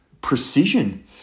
precision